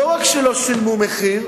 לא רק שלא שילמו מחיר,